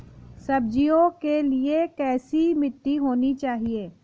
सब्जियों के लिए कैसी मिट्टी होनी चाहिए?